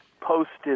posted